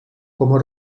como